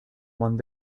one